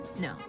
No